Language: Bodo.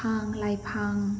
बिफां लाइफां